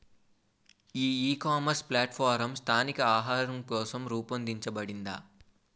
ఈ ecommerce platform స్థానిక ఆహారం కోసం రూపొందించబడిందా?